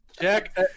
Jack